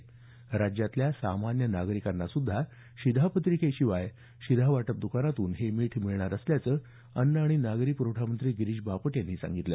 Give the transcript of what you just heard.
तर राज्यातल्या सामान्य नागरिकांना सुद्धा शिधापत्रिकेशिवाय शिधावाटप दुकानातून हे मीठ मिळणार असल्याचं अन्न आणि नागरी प्रवठामंत्री गिरीश बापट यांनी सांगितलं